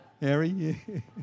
Harry